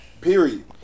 period